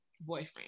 boyfriend